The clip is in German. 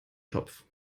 topf